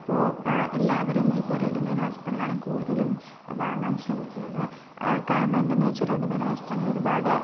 അപ്പോൾ എല്ലാവരും ഇപ്പോൾ റെഡിമെയ്ഡ് വസ്ത്രങ്ങളാണ് കൂടുതലും വാങ്ങാൻ ശ്രമിക്കുന്നത് കാരണം എന്ത് എന്ന് വെച്ചാൽ റെഡിമൈഡ് വസ്ത്രങ്ങൾ ഒരുപാട്